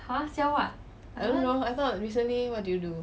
I don't know I thought recently what did you do